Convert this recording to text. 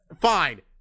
fine